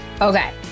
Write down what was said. Okay